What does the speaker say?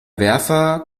werfer